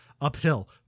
uphill